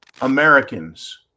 Americans